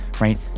right